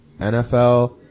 NFL